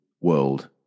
world